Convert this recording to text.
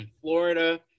Florida